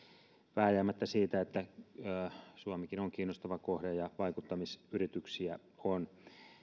vääjäämättä siitä että suomikin on kiinnostava kohde ja vaikuttamisyrityksiä on